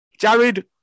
Jared